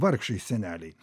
vargšai seneliai